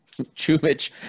Chumich